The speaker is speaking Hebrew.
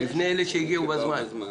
בפני אלה שהגיעו בזמן.